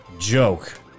joke